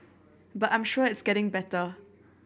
but I'm sure it's getting better